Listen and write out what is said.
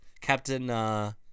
Captain